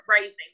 raising